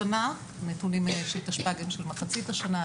הנתונים של תשפ"ג הם של מחצית השנה,